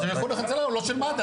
אז איחוד הצלה הוא לא של מד"א,